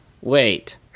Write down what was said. Wait